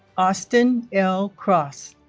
austin l. cross